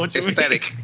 Aesthetic